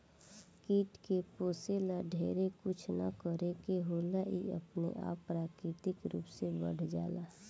कीट के पोसे ला ढेरे कुछ ना करे के होला इ अपने आप प्राकृतिक रूप से बढ़ जाला